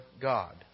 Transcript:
God